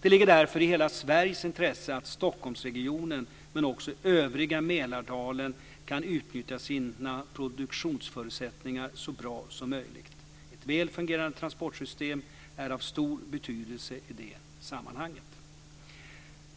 Det ligger därför i hela Sveriges intresse att Stockholmsregionen men också övriga Mälardalen kan utnyttja sina produktionsförutsättningar så bra som möjligt. Ett väl fungerande transportsystem är av stor betydelse i det sammanhanget.